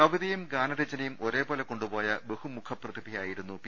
കവിതയും ഗാനരചനയും ഒരേപോലെ കൊണ്ടുപോയ ബഹുമു ഖ പ്ര തി ഭ യാ യി രു ന്നു പി